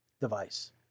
device